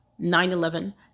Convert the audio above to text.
9-11